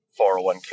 401k